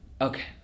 okay